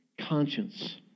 conscience